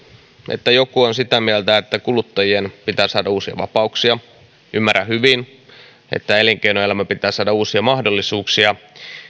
että joku on sitä mieltä että kuluttajien pitää saada uusia vapauksia ymmärrän hyvin että elinkeinoelämän pitää saada uusia mahdollisuuksia